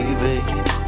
baby